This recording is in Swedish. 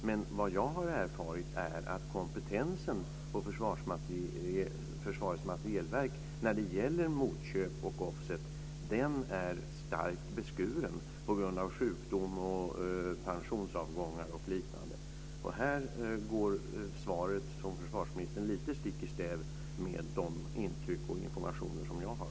Men vad jag har erfarit är att kompetensen på Försvarets materielverk när det gäller motköp och offset är starkt beskuren på grund av sjukdom, pensionsavgångar och liknande. Här går svaret från försvarsministern lite stick i stäv med de intryck och informationer som jag har.